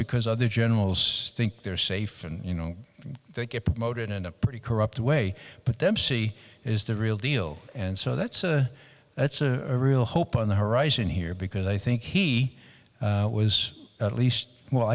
because other generals think they're safe and you know they get promoted in a pretty corrupt way but them see is the real deal and so that's a that's a real hope on the horizon here because i think he was at least well